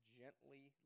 gently